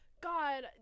god